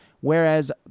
whereas